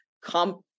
comp